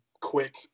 quick